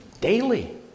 Daily